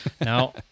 Now